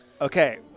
Okay